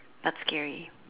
but scary